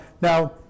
now